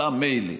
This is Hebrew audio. מילא,